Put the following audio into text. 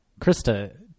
Krista